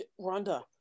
Rhonda